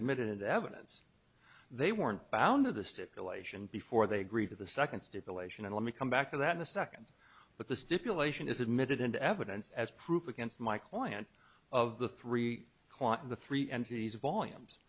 admitted as evidence they weren't bound to the stipulation before they agreed to the second stipulation and let me come back to that in a second but the stipulation is admitted into evidence as proof against my client of the three client the three entities volume's